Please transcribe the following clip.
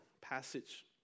passage